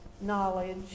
knowledge